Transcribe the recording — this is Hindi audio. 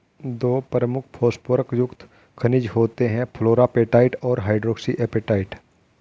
दो प्रमुख फॉस्फोरस युक्त खनिज होते हैं, फ्लोरापेटाइट और हाइड्रोक्सी एपेटाइट